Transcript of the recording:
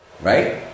Right